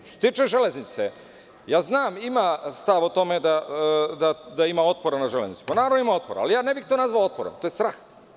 Što se tiče „Železnice“, ja znam, ima stav o tome da ima otpora na „Železnicu“, pa naravno, ima otpor, ali ja ne bih to nazvao otporom, to je strah.